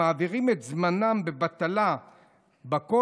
מעבירים את זמנם בבטלה בכולל,